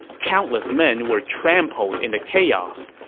countless men were trampled in the chaos.